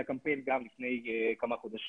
היה קמפיין גם לפני הקורונה,